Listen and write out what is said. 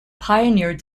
pioneered